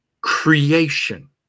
creation